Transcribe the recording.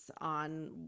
on